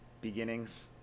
beginnings